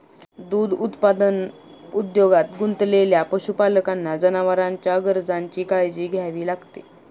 दूध उत्पादन उद्योगात गुंतलेल्या पशुपालकांना जनावरांच्या गरजांची काळजी घ्यावी लागते